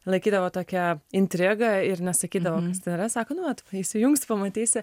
laikydavo tokią intrigą ir nesakydavo estera sako nu vat įsijungsi pamatysi